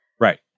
Right